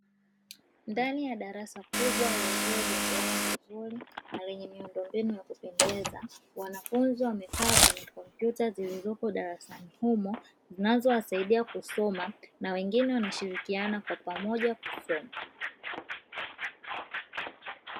Ndani ya darasa kubwa liliojengewa vizuri na lenye miundombinu ya kupendeza, wanafunzi wamekaa kwenye kompyuta zilizopo darasani humo; zinazowasaidia kusoma na wengine wanashirikiana kwa pamoja kusoma.